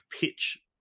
pitch